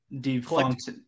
defunct